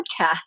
podcast